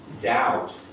doubt